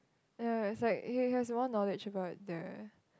ya it's like he has more knowledge about the